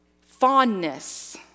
fondness